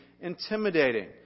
intimidating